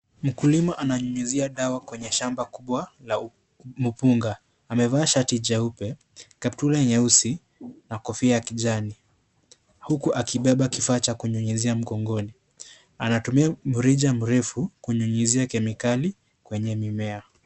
Mkulima ananyunyizia dawa kwenye shamba kubwa la. Mfunga; amevaa shati jeupe, kaptula nyeusi na kofia ya kijani huku akibeba kifaa cha kunyunyizia mgongoni. Anatumia mrija mrefu kunyunyizia kemikali kwenye mimea.